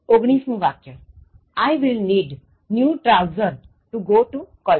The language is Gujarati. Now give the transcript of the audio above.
ઓગણીસમું વાક્ય I will need new trouser to go to college